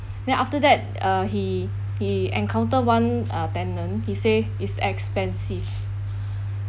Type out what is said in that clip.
then after that uh he he encounter one uh tenant he say is expensive